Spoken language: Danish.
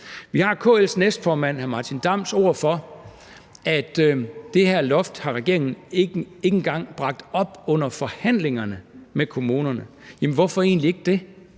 Vi har KL's næstformand, hr. Martin Damms, ord for, at det her loft har regeringen ikke engang bragt op under forhandlingerne med kommunerne. Hvorfor egentlig ikke det?